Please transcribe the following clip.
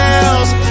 else